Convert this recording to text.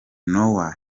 noah